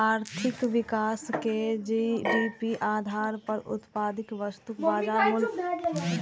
आर्थिक विकास कें जी.डी.पी आधार पर उत्पादित वस्तुक बाजार मूल्य मे वृद्धिक रूप मे नापल जाइ छै